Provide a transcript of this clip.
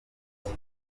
bite